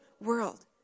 world